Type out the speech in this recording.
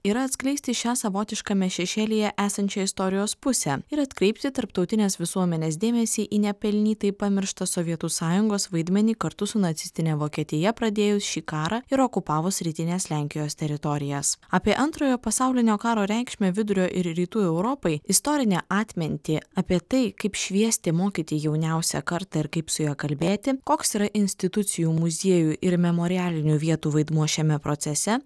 yra atskleisti šią savotiškame šešėlyje esančią istorijos pusę ir atkreipti tarptautinės visuomenės dėmesį į nepelnytai pamirštą sovietų sąjungos vaidmenį kartu su nacistine vokietija pradėjus šį karą ir okupavus rytinės lenkijos teritorijas apie antrojo pasaulinio karo reikšmę vidurio ir rytų europai istorinę atmintį apie tai kaip šviesti mokyti jauniausią kartą ir kaip su ja kalbėti koks yra institucijų muziejų ir memorialinių vietų vaidmuo šiame procese